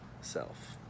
self